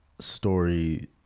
story